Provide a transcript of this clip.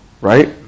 Right